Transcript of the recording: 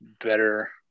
better